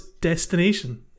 Destination